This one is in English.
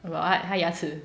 about what 他牙齿